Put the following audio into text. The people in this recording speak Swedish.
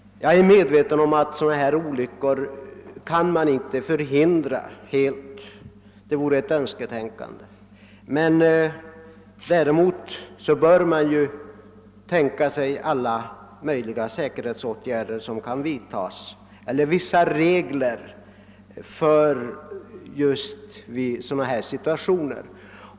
Jag är medveten om att man inte helt kan förhindra att olyckor kan inträffa — det vore ett önsketänkande ati föreställa sig det. Däremot bör man naturligtvis vidta alla säkerhetsåtgärder som kan vidtas och uppställa vissa regler för sådana här situationer.